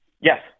Yes